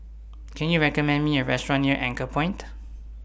Can YOU recommend Me A Restaurant near Anchorpoint